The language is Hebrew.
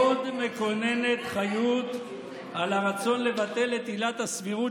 עוד מקוננת חיות על הרצון לבטל את עילת הסבירות,